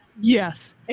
Yes